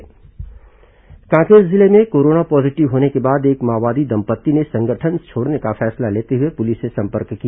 माओवादी कोरोना संक्रमण कांकेर जिले में कोरोना पॉजीटिव होने के बाद एक माओवादी दंपत्ति ने संगठन छोड़ने का फैसला लेते हुए पुलिस से संपर्क किया